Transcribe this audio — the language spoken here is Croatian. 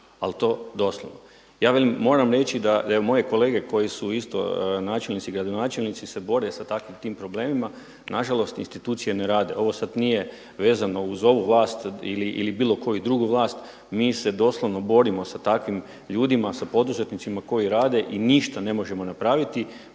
ali to doslovno. Ja moram reći da moje kolege koji su isto načelnici, gradonačelnici se bore sa takvim, tim problemima. Na žalost institucije ne rade, ovo sad nije vezano uz ovu vlast ili bilo koju drugu vlast. Mi se doslovno borimo sa takvim ljudima, sa poduzetnicima koji rade i ništa ne možemo napraviti.